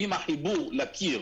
אם החיבור לקיר